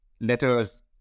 letters